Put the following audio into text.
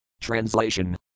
Translation